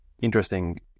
interesting